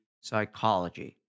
psychology